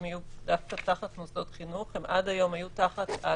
בוקר טוב לכולם, אני פותח את הישיבה.